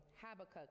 Habakkuk